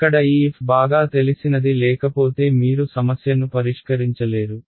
ఇక్కడ ఈ f బాగా తెలిసినది లేకపోతే మీరు సమస్యను పరిష్కరించలేరు